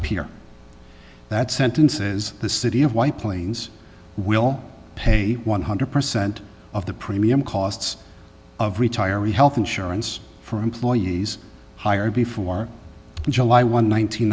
appear that sentence is the city of white plains will pay one hundred percent of the premium costs of retiree health insurance for employees hired before july one